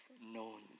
known